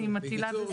אני מטילה על זה ספק.